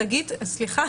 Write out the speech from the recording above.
חגית סליחה